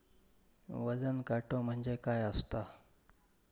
वजन काटो म्हणजे काय असता?